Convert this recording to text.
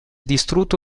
distrutto